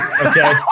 Okay